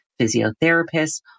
physiotherapists